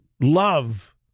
love